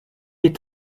est